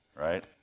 right